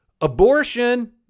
abortion